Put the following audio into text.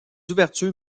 ouvertures